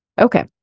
Okay